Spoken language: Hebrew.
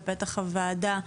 לוועדה,